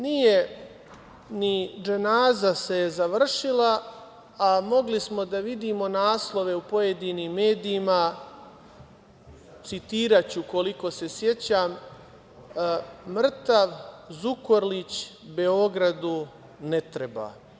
Nije ni dženaza se završila, a mogli smo da vidimo naslove u pojedinim medijima, citiraću koliko se sećam – mrtav Zukorlić Beogradu ne treba.